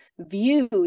views